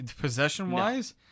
possession-wise